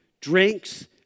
drinks